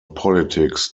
politics